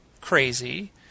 crazy